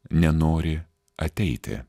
nenori ateiti